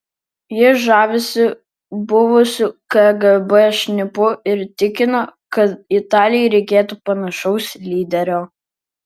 ji žavisi buvusiu kgb šnipu ir tikina kad italijai reikėtų panašaus lyderio